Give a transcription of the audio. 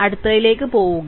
അടുത്തതിലേക്ക് പോകുക